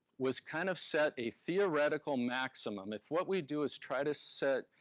was kind of set a theoretical maximum, if what we do is try to set,